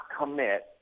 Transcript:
commit